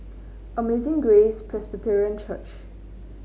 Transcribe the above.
Amazing Grace Presbyterian Church